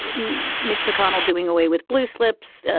but mitch mcconnell doing away with blue slips,